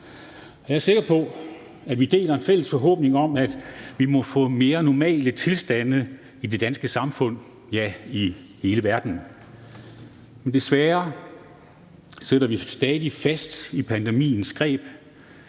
Jeg er sikker på, at vi deler en fælles forhåbning om, at vi må få mere normale tilstande i det danske samfund, ja, i hele verden. Desværre sidder vi stadig fast i pandemiens greb.